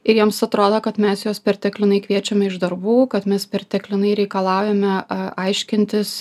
ir jiems atrodo kad mes juos perteklinai kviečiame iš darbų kad mes perteklinai reikalaujame aiškintis